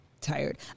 tired